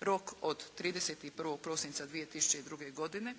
Rok od 31. prosinca 2002. godine